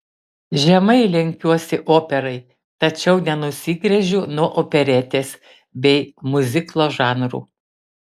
žemai lenkiuosi operai tačiau nenusigręžiu nuo operetės bei miuziklo žanrų